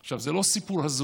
עכשיו, זה לא סיפור הזוי.